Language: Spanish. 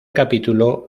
capítulo